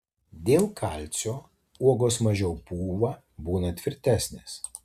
dėl kalcio uogos mažiau pūva būna tvirtesnės